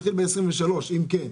שיתחיל ב-23' אם כן.